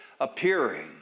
appearing